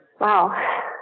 Wow